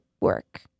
work